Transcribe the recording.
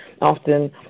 often